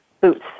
boots